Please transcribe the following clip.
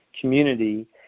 community